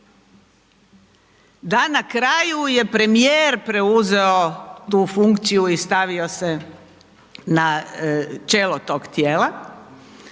da na kraju je premijer preuzeo tu funkciju i stavio se na čelo tog tijela